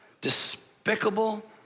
despicable